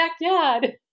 backyard